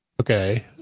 Okay